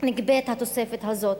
נגבית התוספת הזאת.